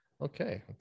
Okay